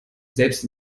selbst